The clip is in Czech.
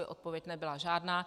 Odpověď nebyla žádná.